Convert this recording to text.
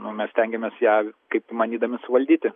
nu mes stengiamės ją kaip įmanydami suvaldyti